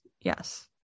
Yes